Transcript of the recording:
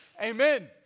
amen